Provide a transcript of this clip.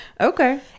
Okay